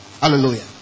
Hallelujah